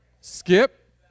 Skip